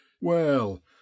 Well